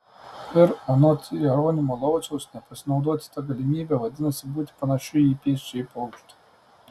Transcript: ir anot jeronimo lauciaus nepasinaudoti ta galimybe vadinasi būti panašiu į pėsčiąjį paukštį